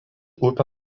upė